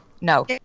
no